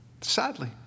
Sadly